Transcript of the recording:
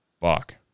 fuck